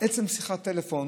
עצם שיחת הטלפון